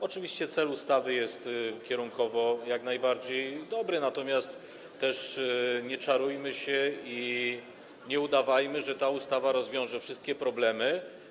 Oczywiście cel ustawy jest kierunkowo jak najbardziej dobry, natomiast nie czarujmy się i nie udawajmy, że ta ustawa rozwiąże wszystkie problemy.